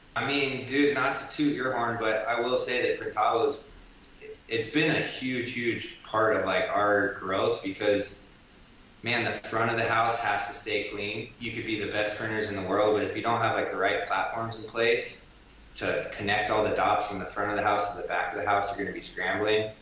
i mean dude, not to toot your horn, but i will say that printavo, it's been a huge, huge part of like our growth because the front of the house has to stay clean. you could be the best printers in the world but if you don't have like the right platforms in place to connect all the dots from the front of the house to the back of the house, you're gonna be scrambling,